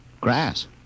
Grass